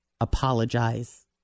Apologize